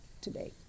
today